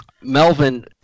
Melvin